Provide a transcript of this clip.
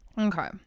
okay